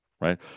right